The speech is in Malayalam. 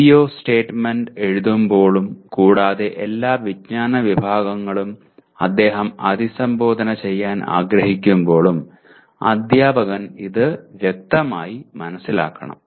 സിഒ സ്റ്റേറ്റ്മെൻറ് എഴുതുമ്പോളും കൂടാതെ എല്ലാ വിജ്ഞാന വിഭാഗങ്ങളും അദ്ദേഹം അഭിസംബോധന ചെയ്യാൻ ആഗ്രഹിക്കുമ്പോളും അധ്യാപകൻ ഇത് വ്യക്തമായി മനസ്സിലാക്കണം